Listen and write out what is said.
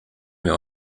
wir